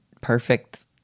perfect